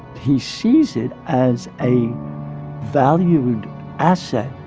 he sees it as a valued asset